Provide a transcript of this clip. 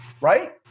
Right